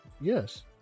Yes